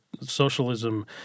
socialism